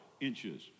inches